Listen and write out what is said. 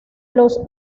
los